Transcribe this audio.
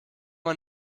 man